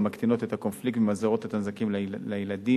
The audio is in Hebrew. המקטינות את הקונפליקט וממזערות את הנזקים לילדים.